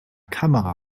kamera